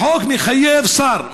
החוק מחייב שר,